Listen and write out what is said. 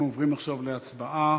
אנחנו עוברים עכשיו להצבעה.